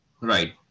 Right